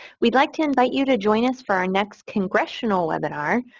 we'd like to invite you to join us for our next congressional webinar,